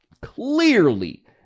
clearly